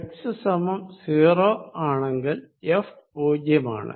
x 0 ആണെങ്കിൽ F പൂജ്യമാണ്